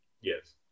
Yes